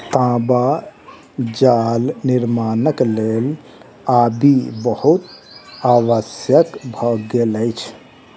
तांबा जाल निर्माणक लेल आबि बहुत आवश्यक भ गेल अछि